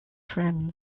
friend